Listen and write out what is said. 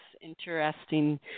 interesting